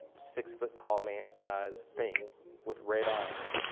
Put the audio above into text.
six foot tall man sized thing with red eyes,